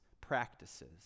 practices